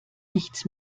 nichts